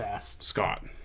Scott